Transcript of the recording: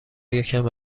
یکم